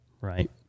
Right